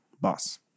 boss